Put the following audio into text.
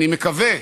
אני מקווה,